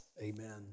amen